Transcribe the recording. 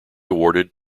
awarded